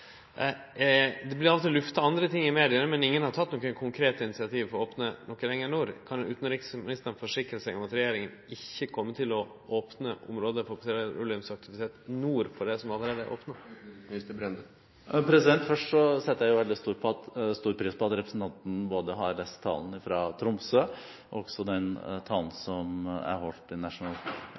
til lufta andre ting i media, men ingen har teke noko konkret initiativ for å opne noko lenger nord. Kan utanriksministeren forsikre om at regjeringa ikkje kjem til å opne område for petroleumsaktivitet nord for det som allereie er opna? Først setter jeg veldig stor pris på at representanten har lest både talen fra Tromsø og talen jeg holdt i National Geographic Society i